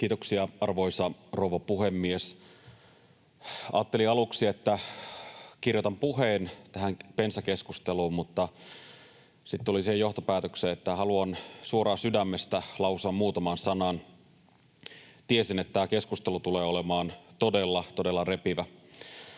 Kiitoksia, arvoisa rouva puhemies! Ajattelin aluksi, että kirjoitan puheen tähän bensakeskusteluun, mutta sitten tulin siihen johtopäätökseen, että haluan suoraan sydämestä lausua muutaman sanan. Tiesin, että tämä keskustelu tulee olemaan todella,